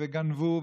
וגנבו.